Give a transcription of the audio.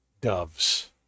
doves